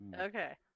Okay